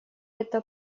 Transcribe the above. это